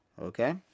okay